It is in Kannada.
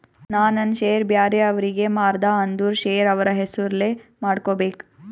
ನಾ ನಂದ್ ಶೇರ್ ಬ್ಯಾರೆ ಅವ್ರಿಗೆ ಮಾರ್ದ ಅಂದುರ್ ಶೇರ್ ಅವ್ರ ಹೆಸುರ್ಲೆ ಮಾಡ್ಕೋಬೇಕ್